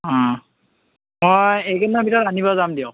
ওম মই এইকেইদিনৰ ভিতৰত আনিব যাম দিয়ক